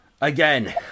again